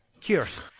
Cheers